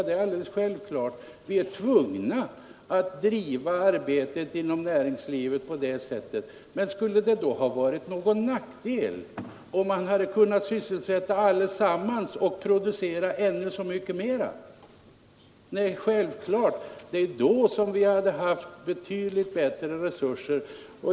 Det är alldeles självklart. Vi är tvungna att driva arbetet inom näringslivet på det sättet. Men skulle det då ha varit någon nackdel, om man hade kunnat sysselsätta allesammans och producera ännu mera? Nej, självklart inte. Då hade vi haft betydligt bättre resurser.